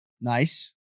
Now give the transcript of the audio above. Nice